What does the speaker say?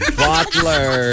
butler